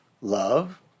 love